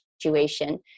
situation